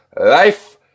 Life